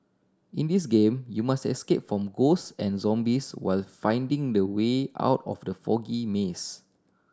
in this game you must escape from ghost and zombies while finding the way out of the foggy maze